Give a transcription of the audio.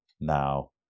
now